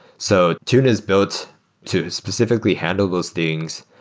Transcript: so tune is built to specifically handle those things,